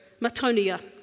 matonia